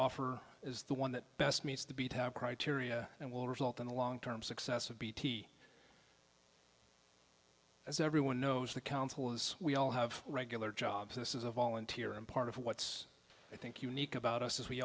offer is the one that best meets the beat have criteria and will result in the long term success of bt as everyone knows the council as we all have regular jobs this is a volunteer and part of what's i think unique about us is we